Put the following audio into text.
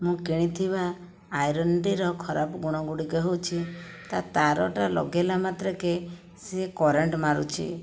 ମୁଁ କିଣିଥିବା ଆଇରନ୍ଟିର ଖରାପ ଗୁଣଗୁଡ଼ିକ ହେଉଛି ତା ତାରଟା ଲଗାଇଲା ମାତ୍ରକେ ସେ କରେଣ୍ଟ ମାରୁଛି